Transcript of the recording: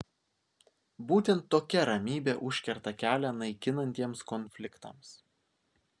būtent tokia ramybė užkerta kelią naikinantiems konfliktams